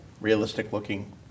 realistic-looking